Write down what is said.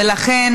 ולכן,